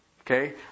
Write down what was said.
Okay